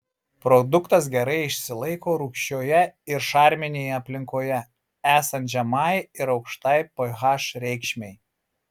produktas gerai išsilaiko rūgščioje ir šarminėje aplinkoje esant žemai ir aukštai ph reikšmei